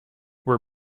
were